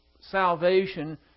salvation